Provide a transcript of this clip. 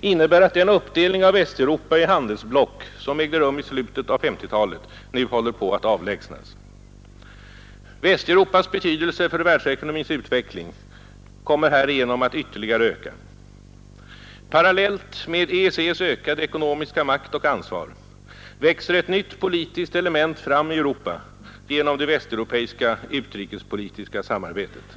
innebär att den uppdelning av Västeuropa i handelsblock som ägde rum i slutet av 1950-talet nu håller på att avlägsnas. Västeuropas betydelse för världsekonomins utveckling kommer härigenom att ytterligare öka. Parallellt med EEC:s ökade ekonomiska makt och ansvar växer ett nytt politiskt element fram i Europa genom det västeuropeiska utrikespolitiska samarbetet.